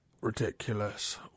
ridiculous